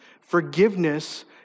Forgiveness